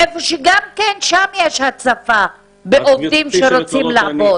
איפה שגם שם יש הצפה בעובדים שרוצים לעבוד?